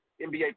NBA